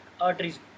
arteries